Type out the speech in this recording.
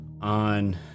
on